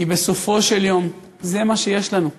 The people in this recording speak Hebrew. כי בסופו של יום זה מה שיש לנו,